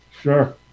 sure